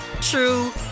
true